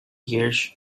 years